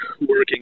working